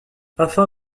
afin